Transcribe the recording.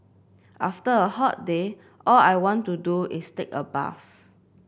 after a hot day all I want to do is take a bath